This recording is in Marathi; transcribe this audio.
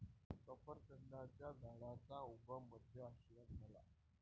सफरचंदाच्या झाडाचा उगम मध्य आशियात झाला